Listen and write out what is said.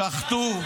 שחטו,